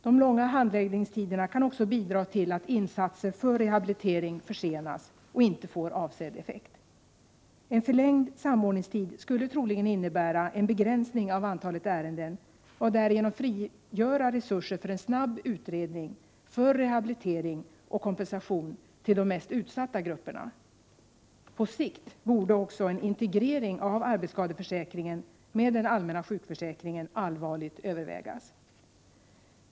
De långa handläggningstiderna kan också bidra till att insatser för rehabilitering försenas och inte får avsedd effekt. En förlängd samordningstid skulle troligen innebära en begränsning av antalet ärenden och därigenom skulle resurser frigöras för en snabb utredning, för rehabilitering och kompensation till de mest utsatta grupperna. På sikt borde också en integrering av arbetsskadeförsäkringen med den allmänna sjukförsäkringen allvarligt övervägas.